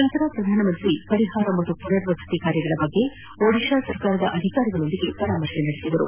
ನಂತರ ಪ್ರಧಾನಮಂತ್ರಿ ಪರಿಹಾರ ಮತ್ತು ಪುನರ್ವಸತಿ ಕಾರ್ಯಗಳ ಕುರಿತು ಒಡಿಶಾ ಸರಕಾರದ ಅಧಿಕಾರಿಗಳ ಜತೆ ಪರಾಮರ್ಶಿಸಿದರು